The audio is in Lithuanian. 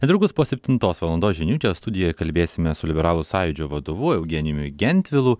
netrukus po septintos valandos žinių čia studijoj kalbėsime su liberalų sąjūdžio vadovu eugenijumi gentvilu